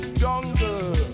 jungle